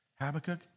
Habakkuk